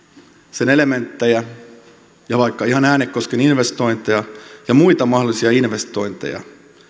sen elementtejä ja vaikka ihan äänekosken investointeja ja muita mahdollisia investointeja